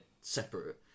separate